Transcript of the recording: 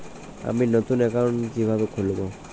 আমি নতুন অ্যাকাউন্ট কিভাবে খুলব?